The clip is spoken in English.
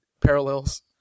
parallels